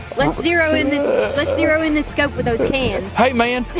let's zero in this let's zero in this scope with those cans. hey man,